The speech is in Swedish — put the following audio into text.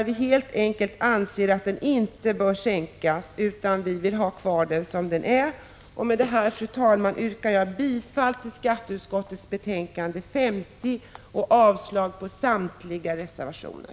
Vi anser inte att den bör sänkas utan vi vill ha den kvar som den är. Fru talman! Med detta yrkar jag bifall till utskottets hemställan i skatteutskottets betänkande 50 och avslag på samtliga reservationer.